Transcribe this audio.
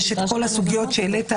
יש כל הסוגיות שהעלית,